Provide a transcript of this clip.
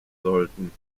sollten